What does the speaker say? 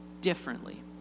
differently